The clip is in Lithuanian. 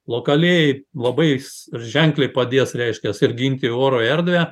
lokaliai labais ženkliai padės reiškias ir ginti oro erdvę